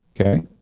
Okay